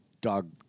Dog